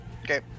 Okay